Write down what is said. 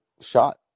shot